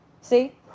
see